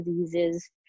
diseases